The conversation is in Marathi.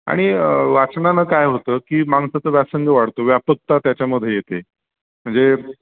आणि वाचनानं काय होतं की माणसाचं व्यासंग वाढतो व्यापकता त्याच्यामध्ये येते म्हणजे